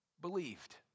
believed